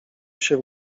się